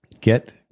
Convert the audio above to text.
get